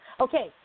Okay